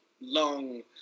long